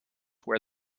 wear